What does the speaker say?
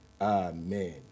Amen